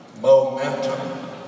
Momentum